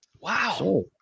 wow